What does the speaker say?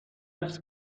حفظ